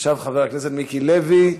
עכשיו חבר הכנסת מיקי לוי,